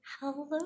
Hello